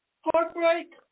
heartbreak